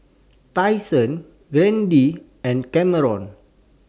Tyson Grady and Camron